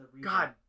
God